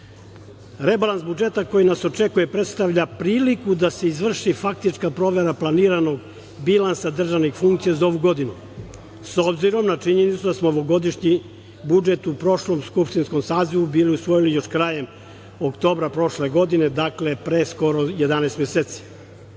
sednici. Rebalans budžeta koji nas očekuje predstavlja priliku da se izvrši faktička provera planiranog bilansa državnih funkcija za ovu godinu, s obzirom na činjenicu da smo ovogodišnji budžet u prošlom skupštinskom sazivu bili usvojili još krajem oktobra prošle godine, dakle, pre skoro 11